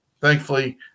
thankfully